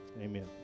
Amen